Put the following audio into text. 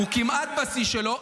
הוא כמעט בשיא שלו.